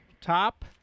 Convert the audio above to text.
top